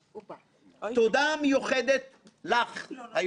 לכנסת ששימשה כיועצת המשפטית של ועדת החקירה,